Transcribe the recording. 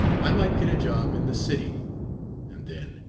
i might get a job in the city and then,